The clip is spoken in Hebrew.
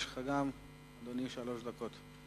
יש לך, אדוני, שלוש דקות.